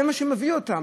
זה מה שמביא אותם.